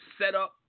setup